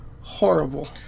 horrible